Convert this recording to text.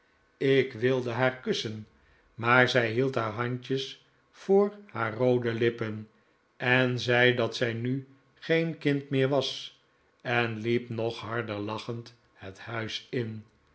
ik wilde haar kussen maar zij hield haar handjes voor haar roode lippen en zei dat zij nu geen kind meer was en liep nog harder lachend het huis in